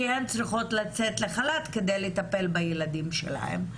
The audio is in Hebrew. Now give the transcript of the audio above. הן צריכות לצאת לחל"ת כדי לטפל בילדים שלהן,